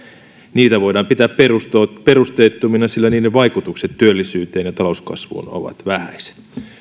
niitä voidaan pitää perusteettomina sillä niiden vaikutukset työllisyyteen ja talouskasvuun ovat vähäiset